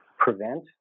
prevent